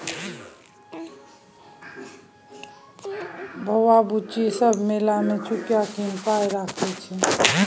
बौआ बुच्ची सब मेला मे चुकिया कीन पाइ रखै छै